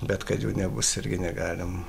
bet kad jų nebus irgi negalim